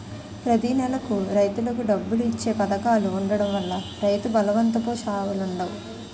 ప్రతి నెలకు రైతులకు డబ్బులు ఇచ్చే పధకాలు ఉండడం వల్ల రైతు బలవంతపు చావులుండవు